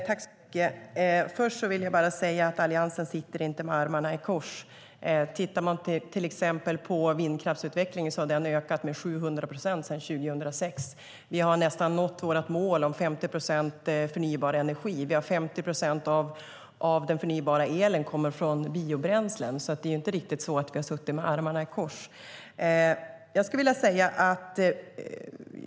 Fru talman! Först vill jag säga att Alliansen inte sitter med armarna i kors. Vindkraftsutvecklingen har ökat med 700 procent sedan 2006. Vi har nästan nått vårt mål på 50 procent förnybar energi. 50 procent av den förnybara elen kommer från biobränslen. Det är inte riktigt så att vi har suttit med armarna i kors.